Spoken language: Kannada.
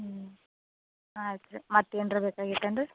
ಹ್ಞೂ ಆಯ್ತು ರೀ ಮತ್ತೆ ಏನರ ಬೇಕಾಗಿತ್ತೇನು ರಿ